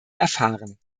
erfahren